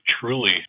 truly